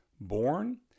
born